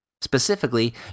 Specifically